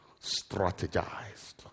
strategized